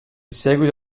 seguito